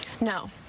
No